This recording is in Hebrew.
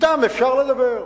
אתם אפשר לדבר.